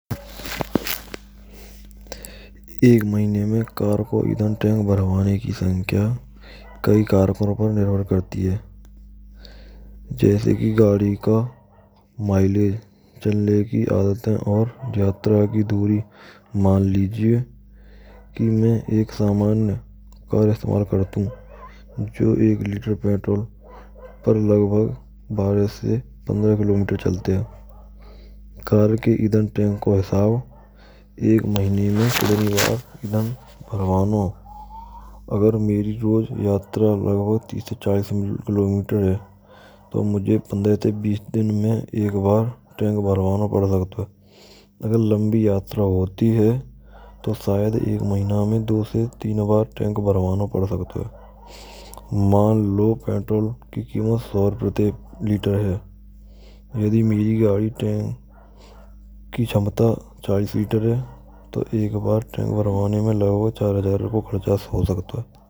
Ek mahine ke karpo idhan tank bharvane ki sankhya kayi karko par nirbhar krti h jaise ki gadi ka miylage chalne ki adat h aur yatra ki duri man lijiye ki main ek samanya car istemal krti hu jo ek liter patrol par lagbhag baarh se pandrah kilometer chalt h. Car ki idhantank ko hisab ek mahine ma kitni bar idhan bharwano agar meri roj yatra lagbhag tees se chaalis kilometer h to mujhe pandrah te bees din main ek bar tank bharwana pad skto h. Agar lambi yatra hoti h to shyad ek mahine ma do se teen bar tank bharwana pad skto h. Man lo petrol ki keemat 100 rs prati leter h yadi meri gadi ke tank ki kshamta chaalis liter h to ek bar tank bharvane main lagbhag chaar hazaar ko kharcha ho skti h.